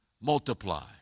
multiply